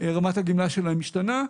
רמת הגמלה שלהם משתנה.